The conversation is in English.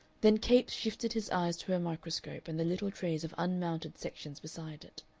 then capes shifted his eyes to her microscope and the little trays of unmounted sections beside it.